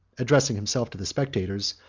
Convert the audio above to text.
addressing himself to the spectators,